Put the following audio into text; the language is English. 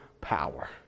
power